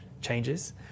changes